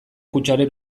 hutsaren